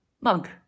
Mug